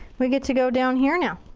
we get to go down here now.